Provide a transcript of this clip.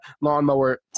lawnmower